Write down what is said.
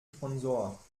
sponsor